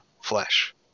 flesh